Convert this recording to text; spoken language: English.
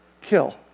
kill